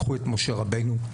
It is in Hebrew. קחו את משה רבנו,